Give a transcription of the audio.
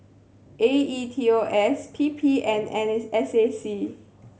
A E T O S P P and S A C